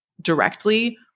directly